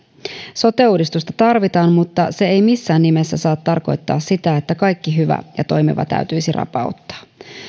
sote uudistusta tarvitaan mutta se ei missään nimessä saa tarkoittaa sitä että kaikki hyvä ja toimiva täytyisi rapauttaa